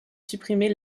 supprimer